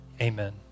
amen